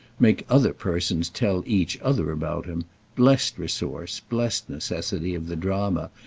make other persons tell each other about him blest resource, blest necessity, of the drama,